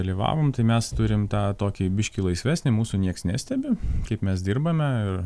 dalyvavom tai mes turim tą tokį biškį laisvesnį mūsų nieks nestebi kaip mes dirbame ir